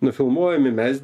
nufilmuojami mes